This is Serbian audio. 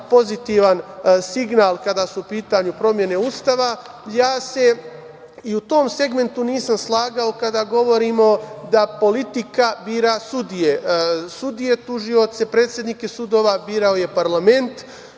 pozitivan signal kada su u pitanju promene Ustava. Ja se i u tom segmentu nisam slagao kada govorimo da politika bira sudije. Sudije, tužioce, predsednike sudova birao je parlament,